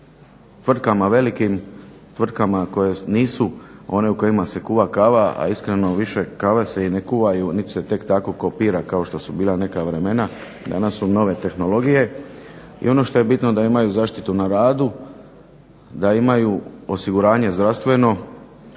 u tvrtkama velikim koje nisu one u kojima se kuha kava, a iskreno više kave se i ne kuhaju niti se tek tako kopira kao što su bila neka vremena. Danas su nove tehnologije i ono što je bitno da imaju zaštitu na radu, da imaju osiguranje zdravstveno,